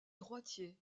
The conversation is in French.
droitier